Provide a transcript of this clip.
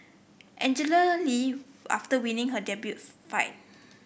Angela Lee after winning her debut fight